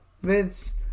Vince